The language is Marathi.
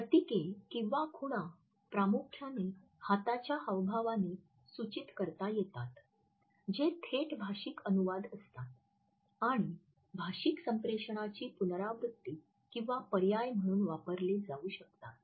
प्रतीके किंवा खुणा प्रामुख्याने हाताच्या हावभावाने सूचित करता येतात जे थेट भाषिक अनुवाद असतात आणि भाषिक संप्रेषणाची पुनरावृत्ती किंवा पर्याय म्हणून वापरले जाऊ शकतात